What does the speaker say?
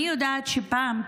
אני יודעת שפעם,